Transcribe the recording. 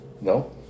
No